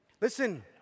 Listen